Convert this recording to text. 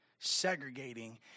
segregating